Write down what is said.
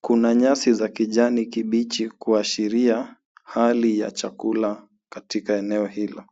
Kuna nyasi za kijani kibichi kuashiria hali ya chakula katika eneo hilo.